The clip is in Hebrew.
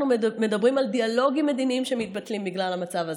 אנחנו מדברים על דיאלוגים מדיניים שמתבטלים בגלל המצב הזה,